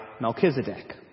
Melchizedek